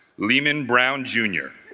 leeman brown jr.